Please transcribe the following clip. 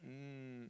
mm